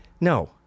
No